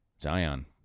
Zion